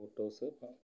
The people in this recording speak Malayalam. photos can't